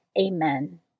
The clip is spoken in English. Amen